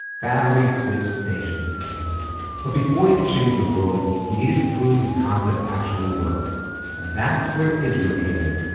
battery switch stations but before he could change the world, he needed to prove his concept actually worked. and that's where israel came in